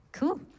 cool